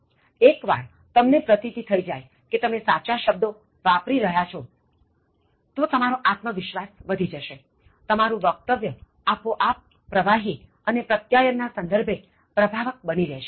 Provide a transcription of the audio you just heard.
એક્વાર તમને પ્રતિતી થઇ જાય કે તમે સાચા શબ્દો વાપરી રહ્યાં છો તો તમારો આત્મવિશ્વાસ વધી જશેતમારું વક્તવ્ય આપોઆપ પ્રવાહી અને પ્રત્યાયન ના સંદર્ભે પ્રભાવક બની રહેશે